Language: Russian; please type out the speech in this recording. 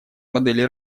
модели